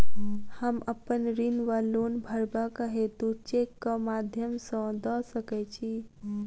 हम अप्पन ऋण वा लोन भरबाक हेतु चेकक माध्यम सँ दऽ सकै छी?